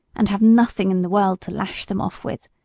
and have nothing in the world to lash them off with.